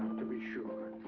to be sure. ah,